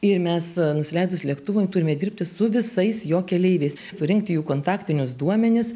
ir mes nusileidus lėktuvui turime dirbti su visais jo keleiviais surinkti jų kontaktinius duomenis